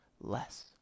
less